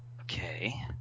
Okay